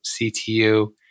CTU